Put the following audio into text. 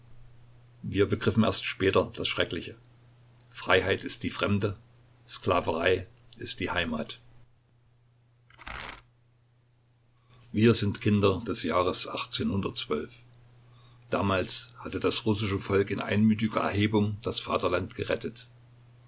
wir begriffen erst später das schreckliche freiheit ist die fremde sklaverei ist die heimat wir sind kinder des jahres damals hatte das russische volk in einmütiger erhebung das vaterland gerettet